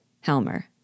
Helmer